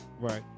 Right